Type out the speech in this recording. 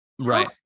Right